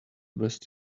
best